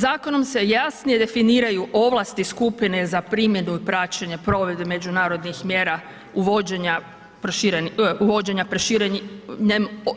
Zakonom se jasnije definiraju ovlasti skupine za primjenu i praćenje provedbe međunarodnih mjera uvođenja proširenih,